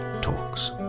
Talks